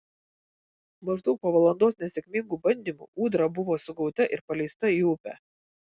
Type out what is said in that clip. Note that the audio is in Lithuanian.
maždaug po valandos nesėkmingų bandymų ūdra buvo sugauta ir paleista į upę